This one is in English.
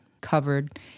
covered